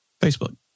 Facebook